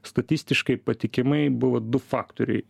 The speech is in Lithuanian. statistiškai patikimai buvo du faktoriai